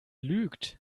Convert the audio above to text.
lügt